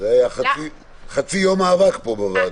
היה פה חצי יום מאבק פה בוועדה.